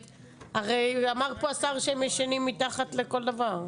הרי אמר פה השר שהם ישנים מתחת לכל דבר.